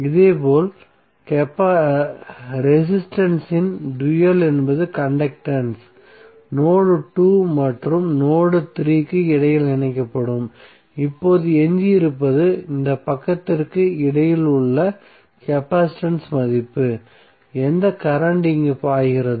இதேபோல் ரெசிஸ்டன்ஸ் இன் டூயல் என்பது கண்டக்டன்ஸ் நோட் 2 மற்றும் நோட் 3 க்கு இடையில் இணைக்கப்படும் இப்போது எஞ்சியிருப்பது இந்த பக்கத்திற்கு இடையில் உள்ள கெப்பாசிட்டன்ஸ் மதிப்பு எந்த கரண்ட் இங்கு பாய்கிறது